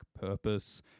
purpose